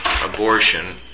abortion